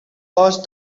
watched